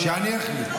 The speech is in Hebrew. כשאני אחליט.